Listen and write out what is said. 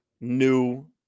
new